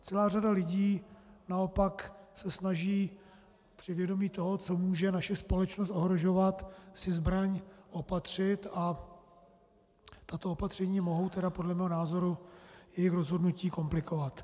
Celá řada lidí naopak se snaží při vědomí toho, co může naši společnost ohrožovat, si zbraň opatřit a tato opatření mohou podle mého názoru jejich rozhodnutí komplikovat.